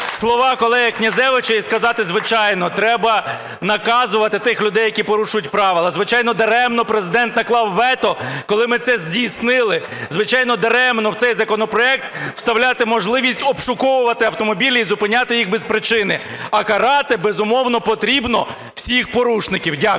слова колеги Князевича і сказати, звичайно, треба наказувати тих людей, які порушують правила, звичайно, даремно Президент наклав вето, коли ми це здійснили, звичайно, даремно в цей законопроект вставляти можливість обшуковувати автомобілі і зупиняти їх без причини. А карати, безумовно, потрібно всіх порушників. Дякую.